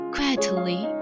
Quietly